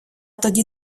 тоді